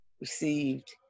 received